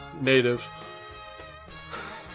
native